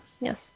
Yes